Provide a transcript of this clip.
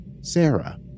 Sarah